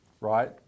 right